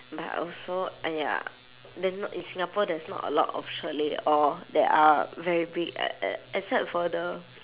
but also !aiya! then not in singapore there's not a lot of chalet all that are very big e~ e~ except for the